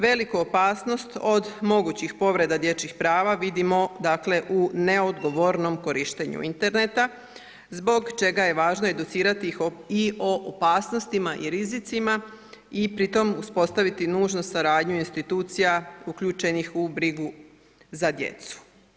Veliku opasnost od mogućih povreda dječjih prava, vidimo o neodgovornog korištenja interneta, zbog čega ih je važno educirati o opasnostima i rizicima i pritom uspostaviti nužnu suradnju institucija uključenih u brigu za djecu.